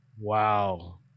Wow